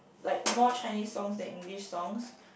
like more Chinese songs than English songs